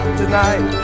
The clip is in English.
tonight